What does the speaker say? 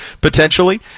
potentially